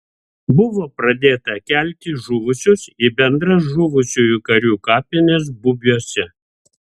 buvo pradėta kelti žuvusius į bendras žuvusiųjų karių kapines bubiuose